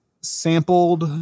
sampled